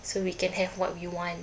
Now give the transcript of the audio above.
so we can have what we want